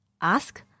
Ask